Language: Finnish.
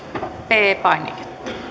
p painiketta